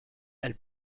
elle